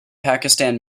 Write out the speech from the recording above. pakistan